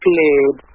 played